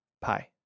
Pie